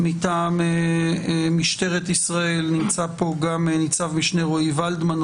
מטעם משטרת ישראל נמצאים פה גם ניצב משנה רועי ולדמן,